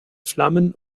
flammen